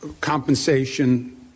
compensation